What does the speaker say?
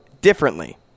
differently